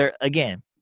again